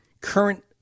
current